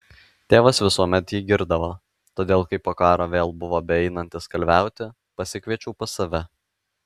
tėvas visuomet jį girdavo todėl kai po karo vėl buvo beeinantis kalviauti pasikviečiau pas save